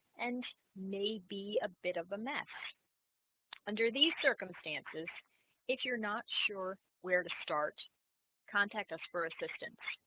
and may be a bit of a mess under these circumstances if you're not sure where to start contact us for assistance